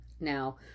Now